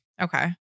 Okay